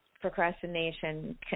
Procrastination